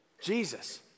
Jesus